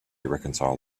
reconcile